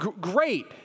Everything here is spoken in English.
great